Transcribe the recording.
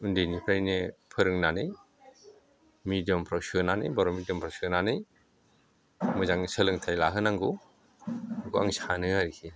उन्दैनिफ्रायनो फोरोंनानै मिडियामफ्राव सोनानै बर' मिडियामफ्राव सोनानै मोजां सोलोंथाय लाहोनांगौ बेखौ आं सानो आरोखि